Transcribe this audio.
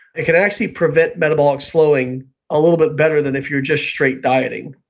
it can actually prevent metabolic slowing a little bit better than if you're just straight dieting.